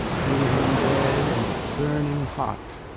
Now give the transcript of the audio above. she was in bed and burning hot.